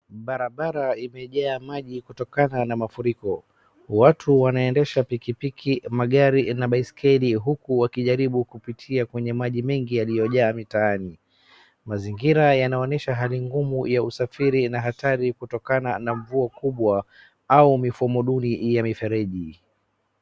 Barabara imejaa maji kutokana na mafuriko. Watu wanaendesha pikipiki, magari na baiskeli huku wakijaribu kupitia kwenye maji mengi yaliyojaa mitaani. Mazingira yanaonesha hali ngumu ya usafiri na hatari kutokana na mvua kubwa au mifumo duni ya mifereji.